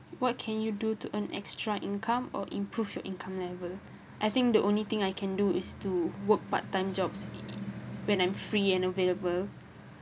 what can you do to earn extra income or improve your income level I think the only thing I can do is to work part time jobs when I'm free and available